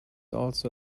also